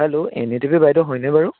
hello N E টিভিৰ বাইদেউ হয়নে বাৰু